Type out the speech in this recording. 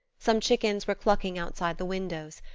some chickens were clucking outside the windows,